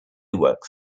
works